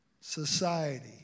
society